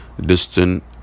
distant